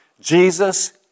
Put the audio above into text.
Jesus